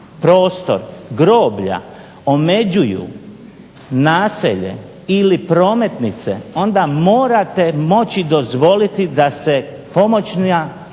prostor groblja omeđuju naselje ili prometnice onda morate moći dozvoliti da se pomoćna